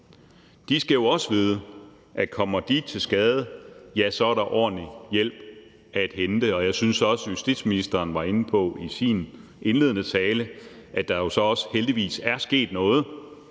De skal jo også vide, at kommer de til at skade, er der ordentlig hjælp at hente. Og jeg mener også, at justitsministeren i sin indledende tale var inde på, at der så heldigvis også er sket noget